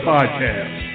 Podcast